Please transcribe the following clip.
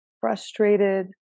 frustrated